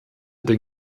den